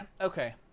Okay